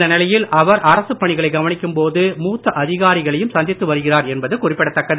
இந்த நிலையில் அவர் அரசுப் பணிகளை கவனிக்கும் போது மூத்த அதிகாரிகளையும் சந்தித்து வருகிறார் என்பது குறிப்பிடத்தக்கது